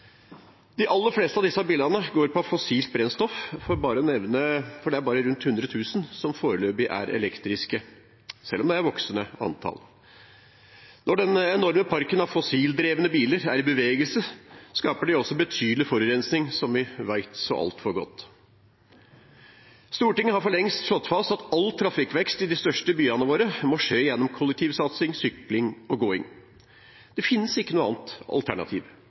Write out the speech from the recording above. De aller fleste av disse bilene går på fossilt brennstoff, for det er bare rundt 100 000 som foreløpig er elektriske, selv om det er et voksende antall. Når den enorme parken av fossildrevne biler er i bevegelse, skaper de også betydelig forurensning, som vi vet så altfor godt. Stortinget har for lengst slått fast at all trafikkvekst i de største byene våre må skje gjennom kollektivsatsing, sykling og gåing. Det finnes ikke noe annet alternativ.